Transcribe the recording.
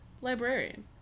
librarian